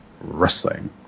Wrestling